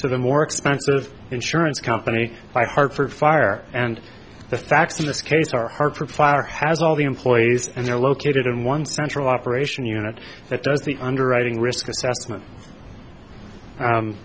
to the more expensive insurance company by hartford fire and the facts in this case are hard for fire has all the employees and they're located in one central operation unit that does the underwriting risk a